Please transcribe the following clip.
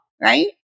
right